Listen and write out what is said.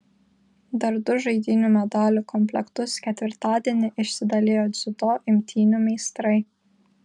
dar du žaidynių medalių komplektus ketvirtadienį išsidalijo dziudo imtynių meistrai